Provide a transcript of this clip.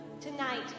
tonight